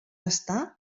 està